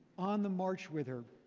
on the march with her,